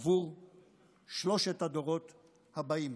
עבור שלושת הדורות הבאים.